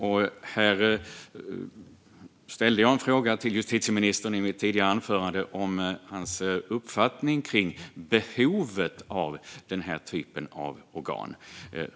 Jag ställde en fråga till justitieministern i mitt tidigare anförande om hans uppfattning om behovet av den typen av organ.